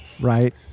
Right